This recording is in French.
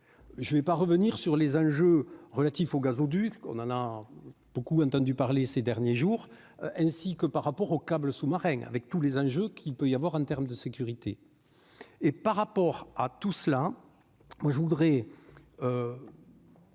je ne vais pas revenir sur les enjeux relatifs au gazoduc, on en a beaucoup entendu parler ces derniers jours, ainsi que par rapport au câble sous-marin avec tous les enjeux qu'il peut y avoir en terme de sécurité et par rapport à tout cela, moi je voudrais.